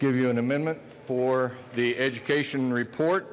give you an amendment for the education report